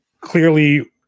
clearly